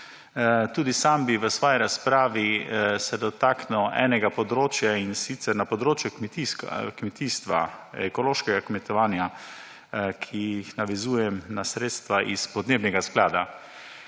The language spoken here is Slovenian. Tudi sam bi se v svoji razpravi dotaknil enega področja, in sicer področja kmetijstva, ekološkega kmetovanja, kar navezujem na sredstva iz podnebnega sklada.